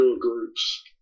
groups